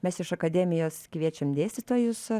mes iš akademijos kviečiam dėstytojus